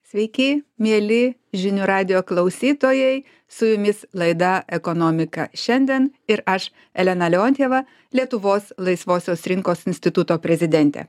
sveiki mieli žinių radijo klausytojai su jumis laida ekonomika šiandien ir aš elena leontjeva lietuvos laisvosios rinkos instituto prezidentė